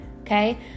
Okay